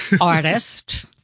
artist